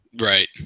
Right